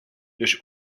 durch